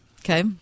Okay